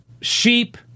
sheep